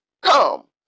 come